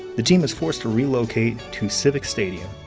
the team was forced to relocate to civic stadium.